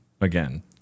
again